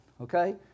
okay